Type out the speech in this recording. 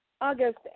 August